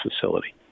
facility